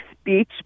speech